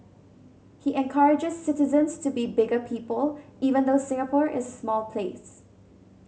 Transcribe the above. he encourages citizens to be bigger people even though Singapore is a small place